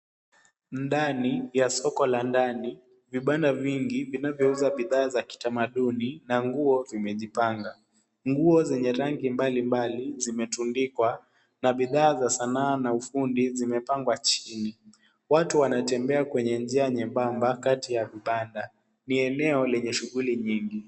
Ndani ya soko la ndani, vibanda vingi vinavyouza bidhaa za kitamaduni na nguo zimejipanga. Nguo zenye rangi mbalimbali zimetundikwa, na bidhaa za sanaa na ufundi zimepangwa chini. Watu wanatembea kwenye njia nyembamba kati ya vibanda. Ni eneo lenye shughuli nyingi.